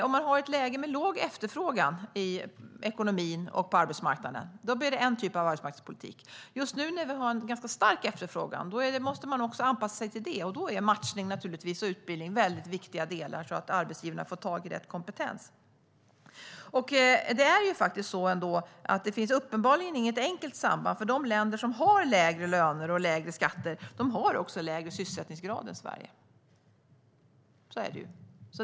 Om man har ett läge med låg efterfrågan i ekonomin och på arbetsmarknaden blir det en typ av arbetsmarknadspolitik. Just nu när vi har en ganska stark efterfrågan måste man anpassa sig till det, och då är matchning och utbildning viktiga delar för att arbetsgivaren ska få tag i rätt kompetens. Det finns uppenbarligen inget enkelt samband, för de länder som har lägre löner och lägre skatter har också lägre sysselsättningsgrad än Sverige. Så är det ju.